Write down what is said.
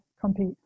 compete